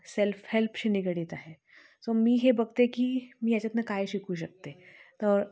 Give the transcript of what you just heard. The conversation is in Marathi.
सेल्फ हेल्पशी निगडीत आहे सो मी हे बघते की मी याच्यातून काय शिकू शकते तर